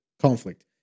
conflict